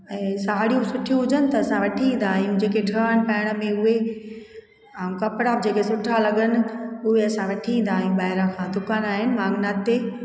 ऐं साड़ियूं सुठियूं हुजनि त असां वठी ईंदा आहियूं जेके ठहण पाइण में उहे ऐं कपिड़ा बि जेके सुठा लॻनि उहे असां वठी ईंदा आहियूं ॿाहिरां खां दुकान आहिनि वांगनाथ ते